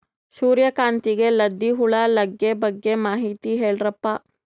ಸೂರ್ಯಕಾಂತಿಗೆ ಲದ್ದಿ ಹುಳ ಲಗ್ಗೆ ಬಗ್ಗೆ ಮಾಹಿತಿ ಹೇಳರಪ್ಪ?